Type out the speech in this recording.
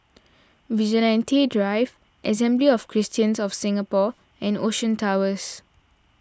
Vigilante Drive Assembly of Christians of Singapore and Ocean Towers